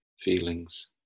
feelings